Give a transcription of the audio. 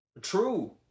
true